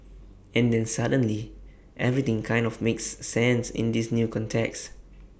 and then suddenly everything kind of makes sense in this new context